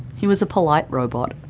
he was a polite robot.